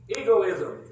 egoism